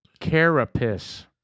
Carapace